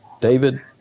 David